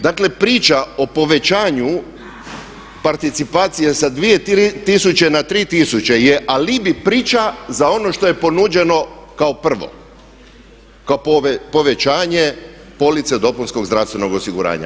Dakle, priča o povećanju participacije sa 2000 na 3000 je alibi priča za ono što je ponuđeno kao prvo, kao povećanje police dopunskog zdravstvenog osiguranja.